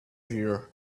here